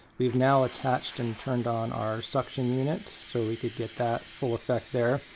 we've now attached and turned on our suction unit, so we could get that full effect there.